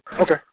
Okay